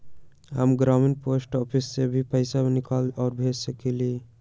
हम ग्रामीण post office से भी पैसा निकाल और भेज सकेली?